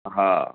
हा